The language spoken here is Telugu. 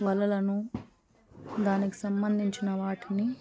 వలలను దానికి సంబంధించిన వాటిని